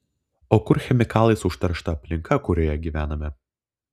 o kur chemikalais užteršta aplinka kurioje gyvename